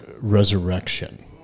Resurrection